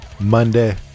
Monday